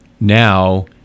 now